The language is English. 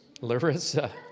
Larissa